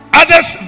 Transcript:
others